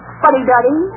fuddy-duddy